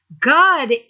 God